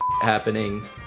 happening